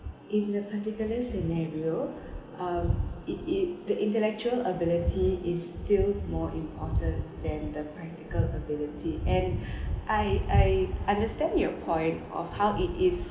in a particular scenario um it it the intellectual ability is still more important than the practical ability and I I understand your point of how it is